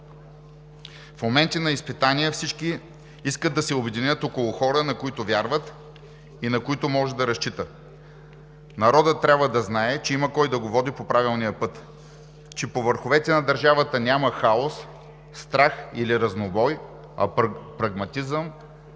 В моменти на изпитание всички искат да се обединят около хора, на които вярват и на които могат да разчитат. Народът трябва да знае, че има кой да го води по правилния път, че по върховете на държавата няма хаос, страх или разнобой, а прагматизъм,